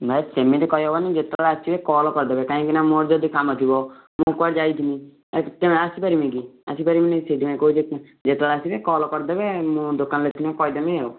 ନାଇଁ ସେମିତି କହିହବନି ଯେତେବେଳେ ଆସିବେ କଲ୍ କରିଦେବେ କାହିଁକିନା ମୋର ଯଦି କାମଥିବ ମୁଁ କୁଆଡ଼େ ଯାଇଥିବି ଏ ତେଣୁ ଆସି ପାରିମିକି ଆସି ପାରିମିନି ସେଥିପାଇଁ କହୁଛି ଯେତେବେଳେ ଆସିବେ କଲ୍ କରିଦେବେ ମୁଁ ଦୋକାନରେ ଥିନେ କହିଦେମି ଆଉ